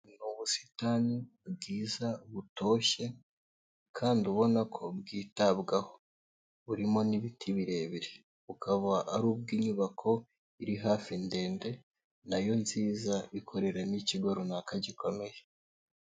Ni ubusitani bwiza butoshye kandi ubona ko bwitabwaho burimo n'ibiti birebire, bukaba ari ubw'inyubako iri hafi ndende, na yo nziza ikoreramo ikigo runaka gikomeye.